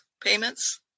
payments